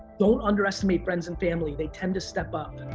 don't underestimate friends and family, they tend to step up.